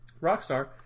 Rockstar